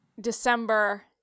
December